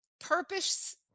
purpose